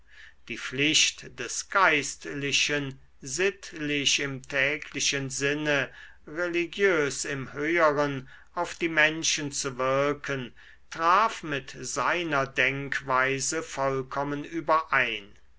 die pflicht des geistlichen sittlich im täglichen sinne religiös im höheren auf die menschen zu wirken traf mit seiner denkweise vollkommen überein